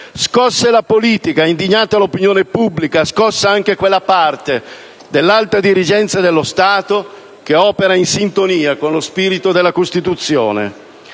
Scossa la politica, indignata l'opinione pubblica, scossa anche quella parte dell'alta dirigenza dello Stato che opera in sintonia con lo spirito della Costituzione.